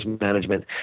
management